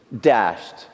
dashed